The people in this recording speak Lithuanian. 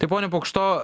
tai pone pukšto